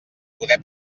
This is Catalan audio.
poder